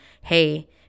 hey